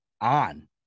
on